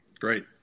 Great